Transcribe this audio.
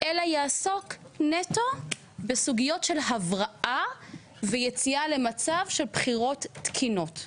אלא יעסוק נטו בסוגיות של הבראה ויציאה למצב של בחירות תקינות.